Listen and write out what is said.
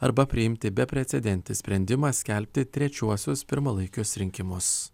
arba priimti beprecedentį sprendimą skelbti trečiuosius pirmalaikius rinkimus